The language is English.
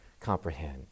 comprehend